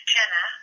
Jenna